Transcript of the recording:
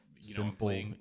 simple